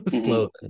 slow